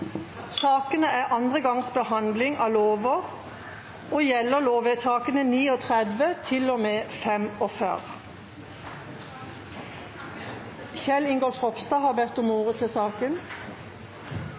Sakene er andre gangs behandling av lover og gjelder lovvedtakene 39 til og med 45. Kjell Ingolf Ropstad har bedt om